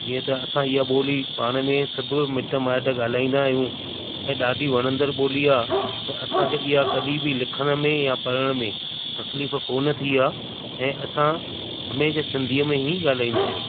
जीअं त असां इहा बोली पाण में सभु मिट माइट ॻाल्हाईंदा आहियूं ऐं ॾाढी वणंदर बोली आहे त असांखे इहा कॾहिं ब लिखण में या पढ़ण में तकलीफ़ कोन थी आहे ऐं असां हमेशह सिंधीअ में ई ॻाल्हाईंदा आहियूं